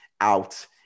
out